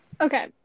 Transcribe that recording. okay